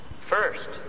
First